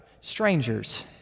strangers